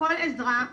כל עזרה,